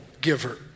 giver